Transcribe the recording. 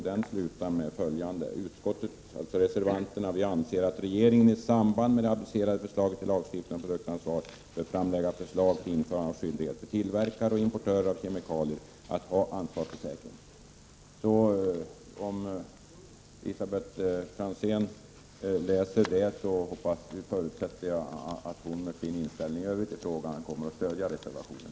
Denna slutar med att konstatera att reservanterna anser "att regeringen i samband med det aviserade förslaget till lagstiftning om produktansvar bör framlägga förslag till införande av skyldighet för tillverkare och importörer av kemikalier att ha ansvarsförsäkring”. När Elisabet Franzén läser denna text förutsätter jag att hon kommer att stödja reservationen.